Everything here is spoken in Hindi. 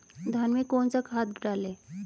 धान में कौन सा खाद डालें?